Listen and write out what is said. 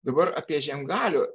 dabar apie žiemgalių